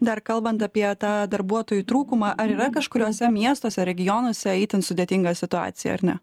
dar kalbant apie tą darbuotojų trūkumą ar yra kažkuriuose miestuose regionuose itin sudėtinga situacija ar ne